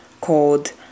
called